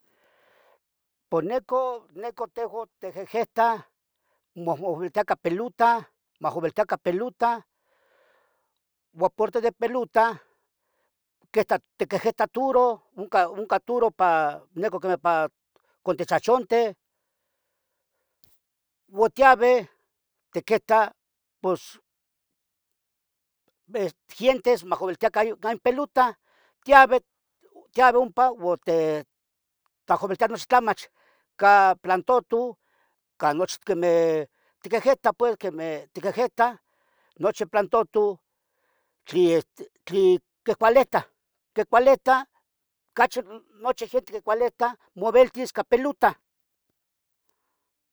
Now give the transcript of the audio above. NIcah, nican tehuan tiquehetah mouihuicacah pilota, mouihuicacan ica pelota, aparti de pilota tiquehehtah turo onca turo can necah pichachonteh. o tiaveh tiquihitah pos gientes mahgaveltia ica pelota, tiaveh ompa uo ticahaviltia mach tlamach, plantuto tiquehgueta nochi plantuto tli ticualetah, ticualetah nochi gientes quicualetah maviltis ica pelota.